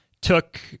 Took